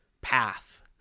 path